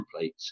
templates